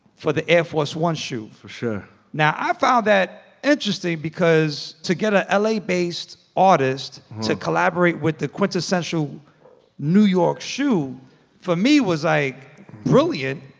for the air force one shoe for sure now ah found that interesting because to get a la-based artist to collaborate with the quintessential new york shoe for me was like brilliant.